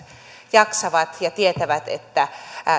jaksavat ja tietävät että